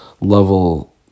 level